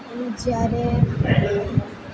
હું જ્યારે